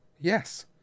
Yes